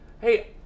hey